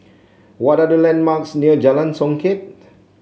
what are the landmarks near Jalan Songket